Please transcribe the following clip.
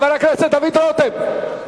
חבר הכנסת דוד רותם,